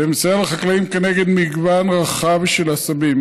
ומסייע לחקלאים כנגד מגוון רחב של עשבים,